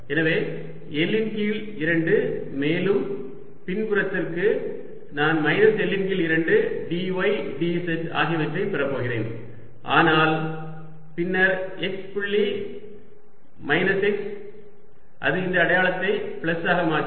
எனவே L இன் கீழ் 2 மேலும் பின்புறத்திற்கு நான் மைனஸ் L இன் கீழ் 2 dy dz ஆகியவற்றைப் பெறப் போகிறேன் ஆனால் பின்னர் x புள்ளி மைனஸ் x அது இந்த அடையாளத்தை பிளஸ் ஆக மாற்றும்